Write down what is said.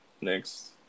Next